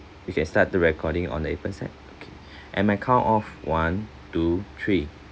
you can start the recording on the appens app okay at my count of one two three